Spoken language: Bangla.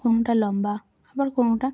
কোনওটা লম্বা আবার কোনওটা